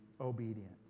obedient